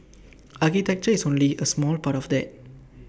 architecture is only A small part of that